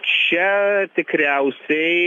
čia tikriausiai